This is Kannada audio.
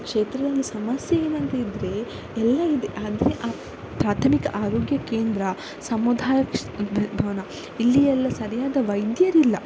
ಕ್ಷೇತ್ರದಲ್ಲಿ ಸಮಸ್ಯೆ ಏನಂತ ಇದ್ದರೆ ಎಲ್ಲ ಇದೆ ಆದರೆ ಆ ಪ್ರಾಥಮಿಕ ಆರೋಗ್ಯ ಕೇಂದ್ರ ಸಮುದಾಯ ಕ್ಷೆ ಭವನ ಇಲ್ಲಿ ಎಲ್ಲ ಸರಿಯಾದ ವೈದ್ಯರಿಲ್ಲ